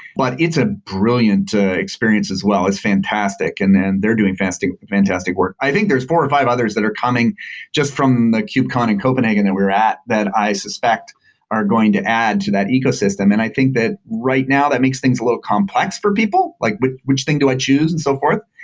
but it's a brilliant experience as well. it's fantastic, and and they're doing fantastic fantastic work. i think there's four or five others that are coming just from the kubecon in copenhagen that where at that i suspect are going to add to that ecosystem. and i think that, right now, that makes things a little complex for people, like which which thing do i choose and so forth.